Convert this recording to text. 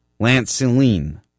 Lanceline